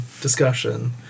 discussion